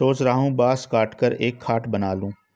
सोच रहा हूं बांस काटकर एक खाट बना लूं